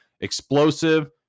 explosive